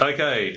Okay